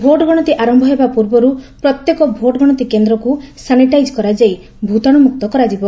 vote ଗଣତି ଆରନ୍ଭ ହେବା ପୂର୍ବରୁ ପ୍ରତ୍ୟେକ ଭୋଟ୍ ଗଣତି କେନ୍ଦ୍ରକୁ ସାନିଟାଇଜ୍ କରାଯାଇ ଭୂତାଣୁ ମୁକ୍ତ ରଖାଯିବ